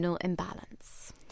imbalance